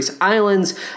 islands